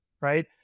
Right